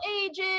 ages